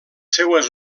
seues